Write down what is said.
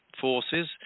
forces